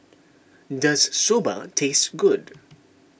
does Soba taste good